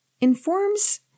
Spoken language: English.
informs